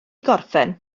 gorffen